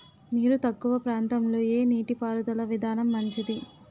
నీరు తక్కువ ప్రాంతంలో ఏ నీటిపారుదల విధానం మంచిది?